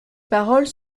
paroles